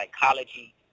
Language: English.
psychology